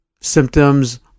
symptoms